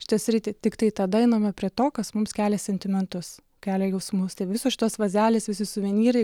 šitą sritį tiktai tada einame prie to kas mums kelia sentimentus kelia jausmus tai visos šitos vazelės visi suvenyrai